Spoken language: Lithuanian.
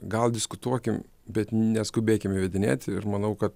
gal diskutuokim bet neskubėkim įvedinėti ir manau kad